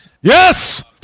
Yes